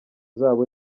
uzaba